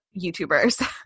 YouTubers